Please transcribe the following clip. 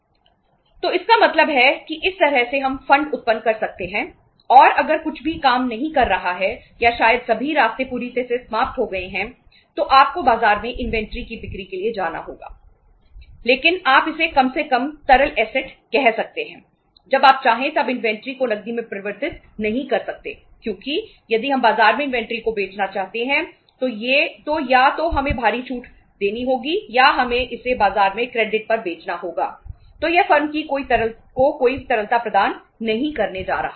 तो इसका मतलब है कि इस तरह से हम फंड को कोई तरलता प्रदान नहीं करने जा रहा है